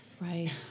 right